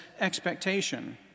expectation